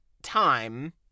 Time